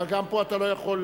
אבל גם פה אתה לא יכול,